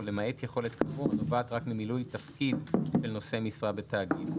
ולמעט יכולת כאמור הנובעת רק ממילוי תפקיד של נושא משרה בתאגיד,